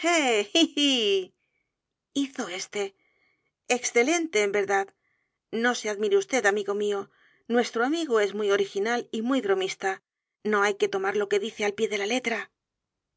hizo éste excelente en verdad no se admire vd amigo m í o nuestro amigo es muy original y muy b r o m i s t a no hay que tomar lo que dice al pie de la letra